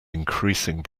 increasing